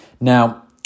Now